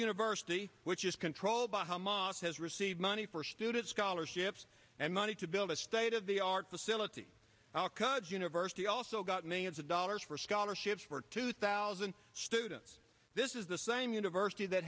university which is controlled by office has received money for student scholarships and money to build a state of the art facility alcott's university also got millions of dollars for scholarships for two thousand students this is the same university that